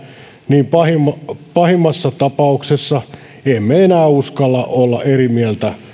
niin pahimmassa pahimmassa tapauksessa emme enää uskalla olla eri mieltä